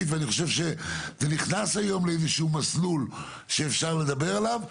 ואני חושב שזה נכנס היום לאיזשהו מסלול שאפשר לדבר עליו,